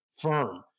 firm